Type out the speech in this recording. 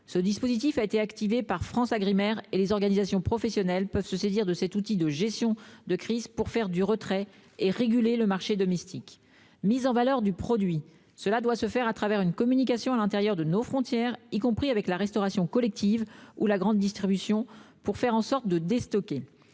Ce dispositif a été activé par FranceAgriMer et les organisations professionnelles peuvent se saisir de cet outil de gestion de crise pour faire du retrait et réguler le marché domestique. Deuxièmement, il faut mettre en valeur le produit. Cela doit se faire par une communication à l'intérieur de nos frontières, y compris avec la restauration collective ou la grande distribution, pour faire en sorte de déstocker.